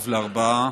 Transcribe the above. אב לארבעה,